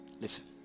Listen